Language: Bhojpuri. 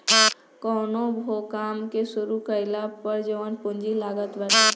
कवनो भो काम के शुरू कईला पअ जवन पूंजी लागत बाटे